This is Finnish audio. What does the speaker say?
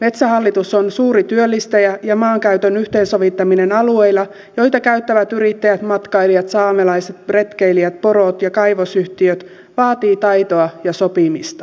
metsähallitus on suuri työllistäjä ja maankäytön yhteensovittaminen alueilla joita käyttävät yrittäjät matkailijat saamelaiset retkeilijät porot ja kaivosyhtiöt vaatii taitoa ja sopimista